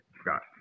Scott